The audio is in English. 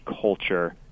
culture